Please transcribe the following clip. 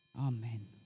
Amen